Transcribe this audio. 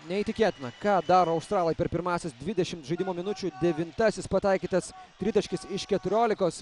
neįtikėtina ką daro australai per pirmąsias dvidešim žaidimo minučių devintasis pataikytas tritaškis iš keturiolikos